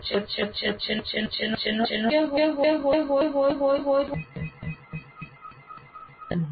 નિદર્શન અને પ્રયોગ વચ્ચેનો સમય ગાળો શક્ય તેટલો નાનો હોવો જોઈએ